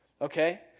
Okay